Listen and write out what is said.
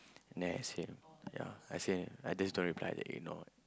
nest then I say ya I say I just don't reply that I ignore it